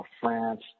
France